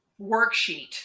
worksheet